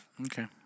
Okay